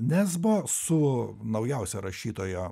nesbo su naujausia rašytojo